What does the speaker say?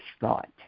thought